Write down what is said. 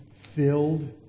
Filled